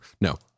no